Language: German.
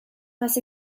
was